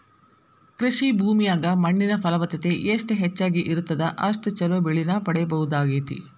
ಕೃಷಿ ಭೂಮಿಯಾಗ ಮಣ್ಣಿನ ಫಲವತ್ತತೆ ಎಷ್ಟ ಹೆಚ್ಚಗಿ ಇರುತ್ತದ ಅಷ್ಟು ಚೊಲೋ ಬೆಳಿನ ಪಡೇಬಹುದಾಗೇತಿ